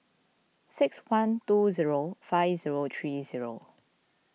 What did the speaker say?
six one two zero five zero three zero